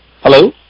Hello